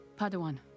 Padawan